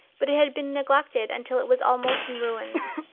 but it had been neglected until it was almost in ruins.